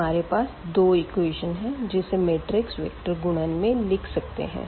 हमारे पास दो इक्वेशन है जिसे मैट्रिक्स वेक्टर गुणन में लिख सकते है